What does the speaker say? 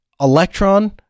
Electron